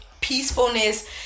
peacefulness